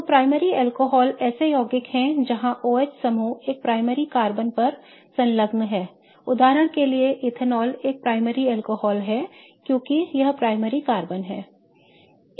तो primary alcohol ऐसे यौगिक हैं जहां OH समूह एक प्राइमरी कार्बन पर संलग्न है उदाहरण के लिए इथेनॉल एक प्राइमरी अल्कोहल है क्योंकि यह प्राइमरी कार्बन है